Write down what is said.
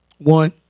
one